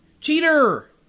Cheater